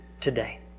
today